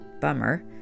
Bummer